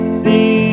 see